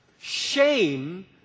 shame